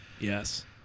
Yes